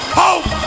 hope